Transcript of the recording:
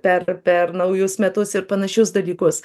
per per naujus metus ir panašius dalykus